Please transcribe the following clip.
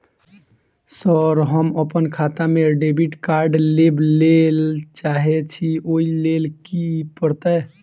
Sir हम अप्पन खाता मे डेबिट कार्ड लेबलेल चाहे छी ओई लेल की परतै?